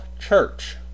Church